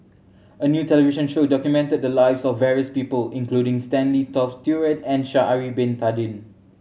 a new television show documented the lives of various people including Stanley Toft Stewart and Sha'ari Bin Tadin